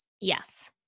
yes